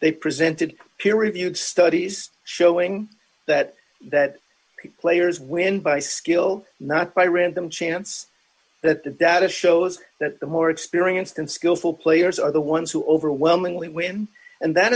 they presented peer reviewed studies showing that that the players win by skill not by random chance that the data shows that the more experienced and skilful players are the ones who overwhelmingly win and that